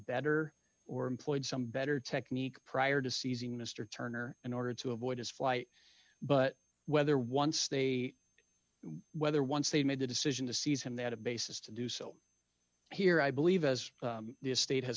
better or employed some better technique prior to seizing mr turner in order to avoid his flight but whether once they whether once they made the decision to seize him that a basis to do so here i believe as a state has